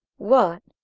what,